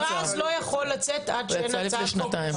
המכרז לא יכול לצאת עד שאין הצעת חוק.